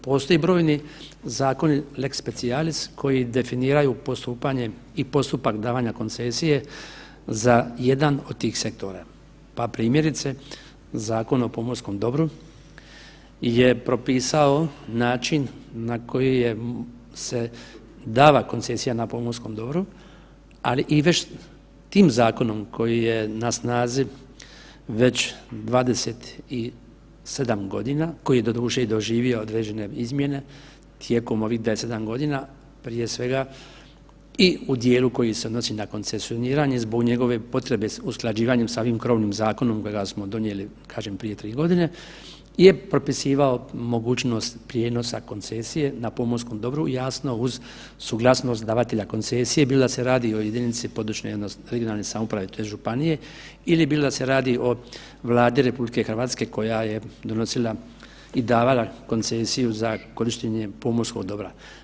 Postoje brojni zakoni lex specialis koji definiraju postupanje i postupak davanja koncesije za jedan od tih sektora, pa primjerice Zakon o pomorskom dobru je propisao način na koji se daje koncesija na pomorskom dobru, ali već i tim zakonom koji je na snazi već 27 godina, koji je doduše doživio i određene izmjene tijekom ovih desetak godina prije svega i u dijelu koji se odnosi na koncesiju … zbog njegove potrebe s usklađivanjem sa ovim krovnim zakonom kojega smo donijeli kažem prije tri godine je propisivao mogućnost prijenosa koncesije na pomorskom dobru, jasno uz suglasnost davatelja koncesije, bilo da se radi o jedini područje odnosno regionalne samouprave tj. županije ili bilo da se radi o Vladi RH koja je donosila i davala koncesiju za korištenje pomorskog dobra.